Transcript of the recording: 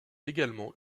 également